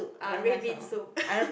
uh red bean soup